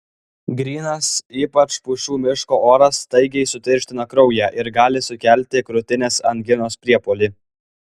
grynas ypač pušų miško oras staigiai sutirština kraują ir gali sukelti krūtinės anginos priepuolį